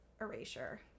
erasure